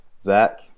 Zach